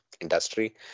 industry